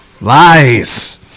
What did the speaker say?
lies